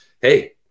Hey